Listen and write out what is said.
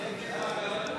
עאידה תומא סלימאן,